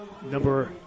Number